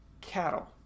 Cattle